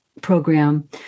program